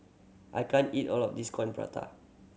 I can't eat all of this Coin Prata